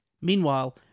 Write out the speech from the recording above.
Meanwhile